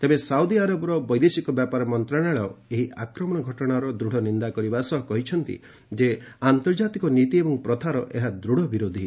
ତେବେ ସାଉଦି ଆରବର ବୈଦେଶିକ ବ୍ୟାପାର ମନ୍ତ୍ରଣାଳୟ ଏହି ଘଟଣାର ଦୂଢ଼ ନିନ୍ଦା କରିବା ସହ କହିଛନ୍ତି ଯେ ଆନ୍ତର୍ଜାତିକ ନୀତି ଏବଂ ପ୍ରଥାର ଏହା ଦୂଢ଼ ବିରୋଧୀ